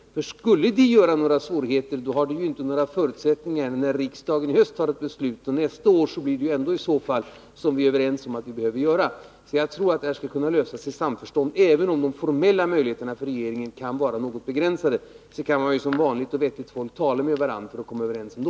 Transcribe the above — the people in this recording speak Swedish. Skulle de göra det nu, har de ju ändå inga förutsättningar att fortsätta med det efter det riksdagen tagit ett beslut i höst. Nästa år blir det i så fall ändå på det sätt som vi är överens om är nödvändigt. Jag tror alltså att det här skall kunna lösas i samförstånd. Även om de formella möjligheterna för regeringen kan vara något begränsade, kan man ju som vanligt vettigt folk tala med varandra och komma överens ändå.